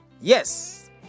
yes